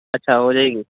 اچھا ہو جائے گی